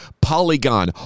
Polygon